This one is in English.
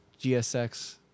GSX